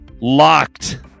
Locked